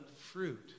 fruit